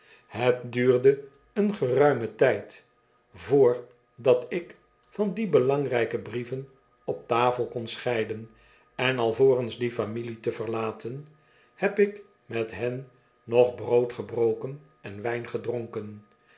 het duurde een geruimen tijd vr dat ik van die belangrijke brieven op tafel kon scheiden en alvorens die familie te verlaten heb ik met hen nog brood gebroken en wijn gedronken